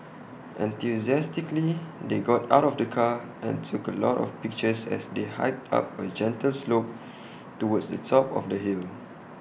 enthusiastically they got out of the car and took A lot of pictures as they hiked up A gentle slope towards the top of the hill